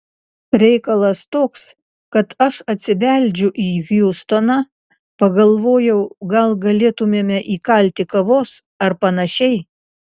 reikalas toks kad aš atsibeldžiu į hjustoną pagalvojau gal galėtumėme įkalti kavos ar panašiai